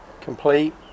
complete